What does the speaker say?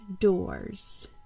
doors